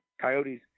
Coyotes